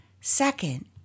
Second